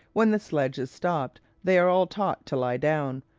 when the sledge is stopped they are all taught to lie down,